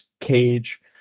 cage